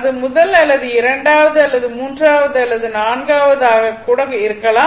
அது முதல் அல்லது இரண்டாவது அல்லது மூன்றாவது அல்லது நான்காவது ஆக இருக்கலாம்